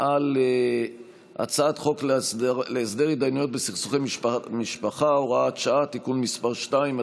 על הצעת חוק להסדר התדיינויות בסכסוכי משפחה (הוראת שעה) (תיקון מס' 2),